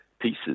pieces